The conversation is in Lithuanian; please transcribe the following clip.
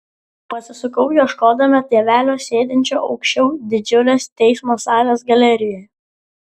pasisukau ieškodama tėvelio sėdinčio aukščiau didžiulės teismo salės galerijoje